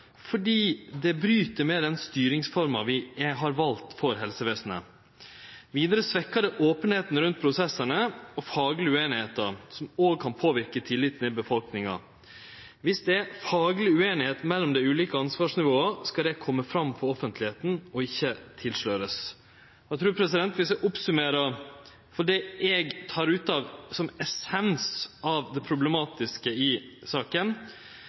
fordi det bryt med den styringsforma vi har valt for helsevesenet. Vidare svekkjer det openheita rundt prosessane og fagleg ueinigheit, noko som òg kan påverke tilliten i befolkninga. Viss det er fagleg ueinigheit mellom dei ulike ansvarsnivåa, skal det kome fram i offentlegheita – og ikkje tilslørast. Eg trur – viss eg summerer opp det eg tek ut som essensen av det problematiske i saka